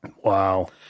Wow